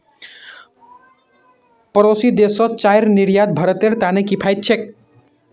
पड़ोसी देशत चाईर निर्यात भारतेर त न किफायती छेक